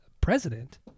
president